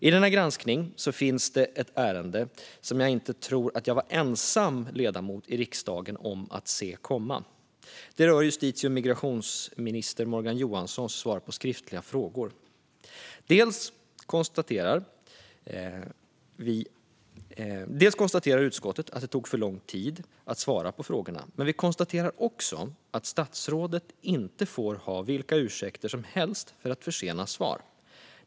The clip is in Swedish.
I denna granskning finns det ett ärende som jag tror att jag inte var ensam ledamot i riksdagen om att se komma. Det rör justitie och migrationsminister Morgan Johanssons svar på skriftliga frågor. Utskottet konstaterar att det tog för lång tid att svara på frågorna, men vi konstaterar också att statsråd inte får ha vilka ursäkter som helst för att försena svar.